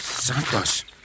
Santos